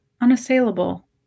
unassailable